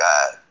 God